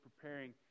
preparing